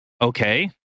Okay